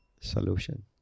solution